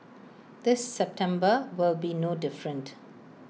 the September will be no different